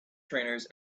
trainers